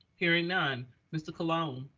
hearing none mr. colon. um